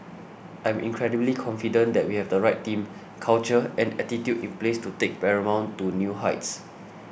I'm incredibly confident that we have the right team culture and attitude in place to take Paramount to new heights